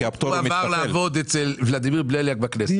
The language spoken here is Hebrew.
הוא עבר לעבוד אצל ולדימיר בליאק בכנסת,